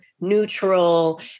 neutral